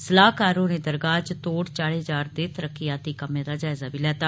सलाहकार होरे दरगाह च तोढ़ चाढ़े जा रदे तरक्कियाती कम्में दा जायजा बी लैता